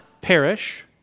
perish